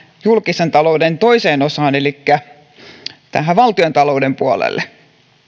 julkisen talouden toiseen osaan elikkä valtiontalouden puolelle